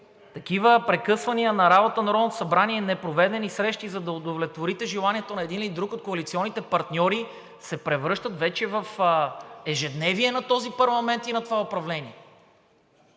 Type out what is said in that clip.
такива прекъсвания на работата на Народното събрание, непроведени срещи, за да удовлетворите желанието на един или друг от коалиционните партньори, се превръщат вече в ежедневие на този парламент и на това управление.